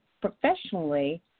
professionally